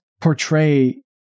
portray